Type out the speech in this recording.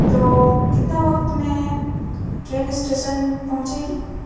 تو کتنا وقت میں ٹرین اسٹیشن پہنچے گی